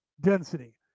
density